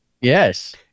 Yes